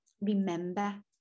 remember